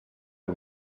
you